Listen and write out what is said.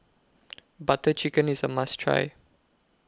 Butter Chicken IS A must Try